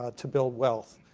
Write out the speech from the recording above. ah to build wealth.